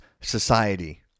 society